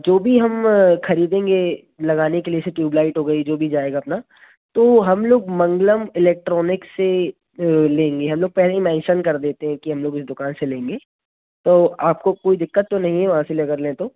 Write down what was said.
जो भी हम ख़रीदेंगे लगाने के लिए से ट्यूब लाइट हो गई जो भी जाएगा अपना तो वह हम लोग मंगलम इलेक्ट्रॉनिक्स से लेंगे हम लोग पहले मेंशन कर देते हैं कि हम लोग इस दुकान से लेंगे तो आपको कोई दिक्कत तो नहीं है वहाँ लें अगर लें तो